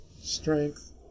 strength